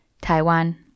Taiwan